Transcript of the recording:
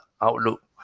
outlook